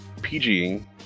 PGing